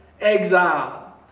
exile